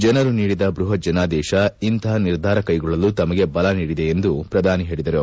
ಜನರು ನೀಡಿದ ಬೃಹತ್ ಜನಾದೇಶ ಇಂಥ ನಿರ್ಧಾರ ಕೈಗೊಳ್ಳಲು ತಮಗೆ ಬಲ ನೀಡಿದೆ ಎಂದು ಪ್ರಧಾನಿ ಹೇಳಿದರು